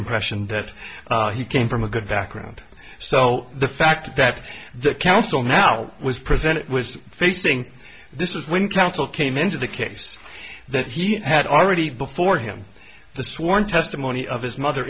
impression that he came from a good background so the fact that the council now was present was facing this is when counsel came into the case that he had already before him the sworn testimony of his mother